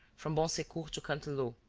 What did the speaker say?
from bon-secours to canteleu,